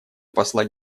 посла